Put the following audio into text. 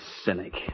cynic